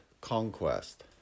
conquest